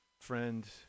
friend